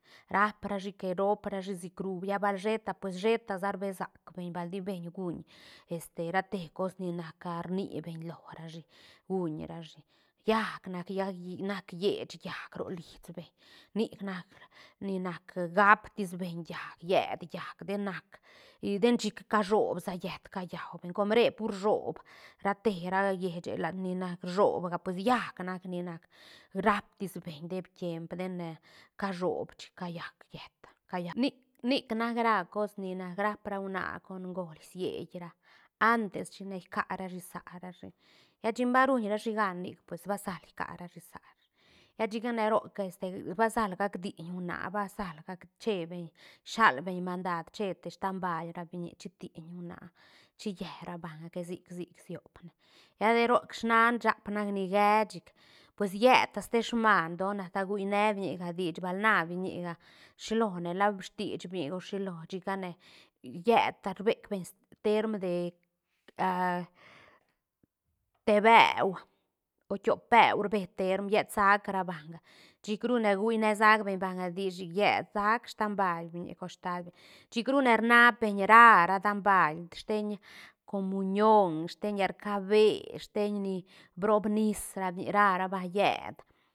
Rap ra shi que roop ra shi sicru lla bal sheta pues sheta sa rbe sac beñ bal ti beñ guñ este ra te cos ni nac a rni beñ lorashi guuñ rashi llaäc nac lla- lli- nac lleech llaäc ro lis beñ nic nac ni nac gaap tis beñ llaäc llet llaäc de nac i ten chic cashoop sa yët callau beñ com re pur rsuob ra te ra llieche lat ni nac rsobga pues llac nac ni nac rap tis beñ deeb tiemp dene cashoob chic ca llac yët callac nic- nic nac ra cos ni nac ra pra huana con göl siet ra antes china quia rashi sa rashi lla chin ba ruñ rashi gaan nic pues ba sal quiarashi sarashi lla chicane roc este ba sal gaac diïñ huana ba sal gaac che beñ shal beñ mandad che te stam bail biñi chi tiïñ huana chi lle ra banga que sic sic siop ne lla de roc snaan shaáp nac ni guee chic pues lle ta ste smaan don asta guinea biñiga dish bal na biñiga shilo ne la stiich biñiga o shilo chicane lle ta rbeg beñ teerm de te beu o tiop beu rbe teerm llet sac ra banga chic rune gui nesac beñ banga dich chic llet saag stam bail biñiga con staat biñi chic rune rnabeñ ra ra dam bail steñ comuñion sten yel rcabé steñ ni brob nis ra biñiga ra ra banga lleet.